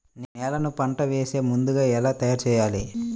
నేలను పంట వేసే ముందుగా ఎలా తయారుచేయాలి?